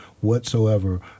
whatsoever